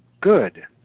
good